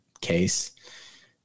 case